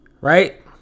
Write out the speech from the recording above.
Right